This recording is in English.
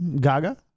Gaga